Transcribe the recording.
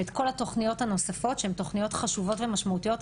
ואת כל התוכניות הנוספות שהן תוכניות חשובות ומשמעותיות.